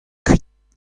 kuit